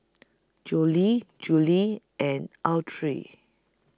Jolie Julie and Autry